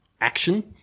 action